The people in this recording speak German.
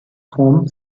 form